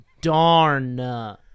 Darn